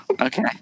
Okay